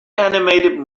animated